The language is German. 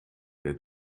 der